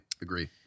agree